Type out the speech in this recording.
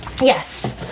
Yes